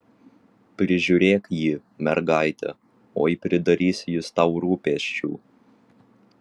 prižiūrėk jį mergaite oi pridarys jis tau rūpesčių